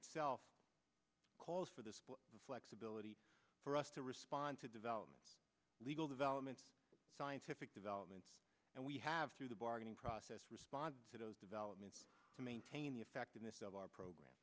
itself calls for the flexibility for us to respond to development legal developments scientific developments and we have through the bargaining process respond to those developments to maintain the effectiveness of our program